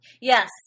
Yes